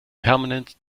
permanent